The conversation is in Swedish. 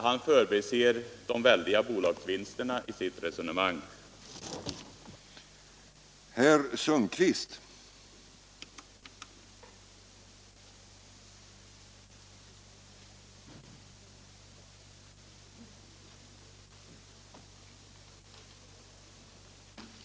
Det sker när han i sitt resonemang inte tar med de väldiga bolagsvinsterna.